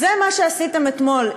זה מה שעשיתם אתמול,